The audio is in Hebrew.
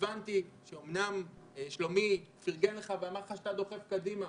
אומנם שלומי פרגן לך ואמר שאתה דוחף קדימה,